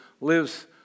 lives